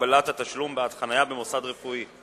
הגבלת תשלום בעד חנייה במוסד רפואי.